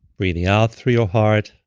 breathing out through your heart.